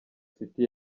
city